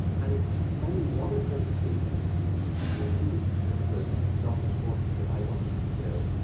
and if any one of those stages of sleep could be removed, because it was not important, because i want to, you know,